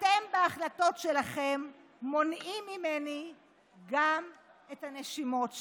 אתם, בהחלטות שלכם מונעים ממני גם את הנשימות שלי.